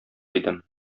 идем